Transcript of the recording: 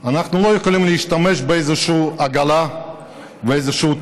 אנחנו לא יכולים להשתמש באיזו עגלה או טרנטה.